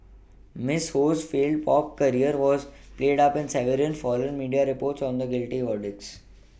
Miss Ho's failed pop career was played up in several foreign media reports on the guilty verdicts